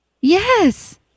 Yes